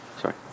sorry